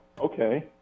okay